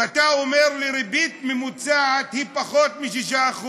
ואתה אומר לי שריבית ממוצעת היא פחות מ-6%.